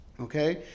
Okay